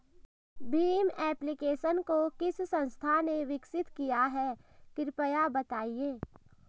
Bhim application को किस संस्था ने विकसित किया है कृपया बताइए?